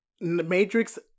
Matrix